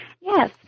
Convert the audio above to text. Yes